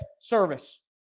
service